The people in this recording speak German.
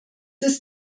ist